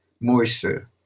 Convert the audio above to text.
moisture